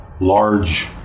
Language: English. large